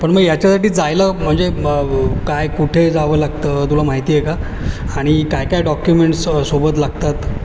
पण मग याच्यासाठी जायला म्हणजे काय कुठे जावं लागतं तुला माहिती आहे का आणि कायकाय डॉक्युमेंट्स सोबत लागतात